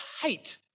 hate